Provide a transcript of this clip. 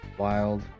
Wild